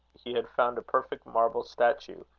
he had found a perfect marble statue,